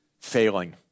failing